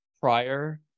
prior